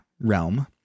realm